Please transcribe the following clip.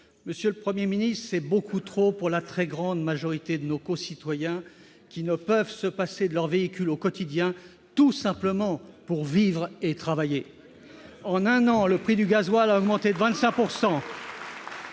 monsieur le Premier ministre, c'est beaucoup trop pour la très grande majorité de nos concitoyens, qui ont besoin d'utiliser leur véhicule au quotidien, tout simplement pour vivre et travailler. En un an, le prix du gazole a augmenté de 25 %.